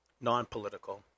non-political